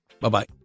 bye-bye